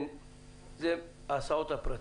אלה ההסעות הפרטיות.